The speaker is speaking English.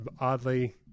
oddly